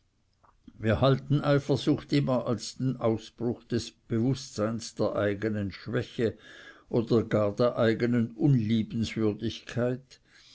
wir halten eifersucht immer als den ausbruch des bewußtseins der eigenen schwäche oder der eigenen